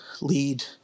lead